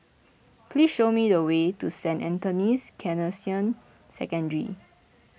please show me the way to Saint Anthony's Canossian Secondary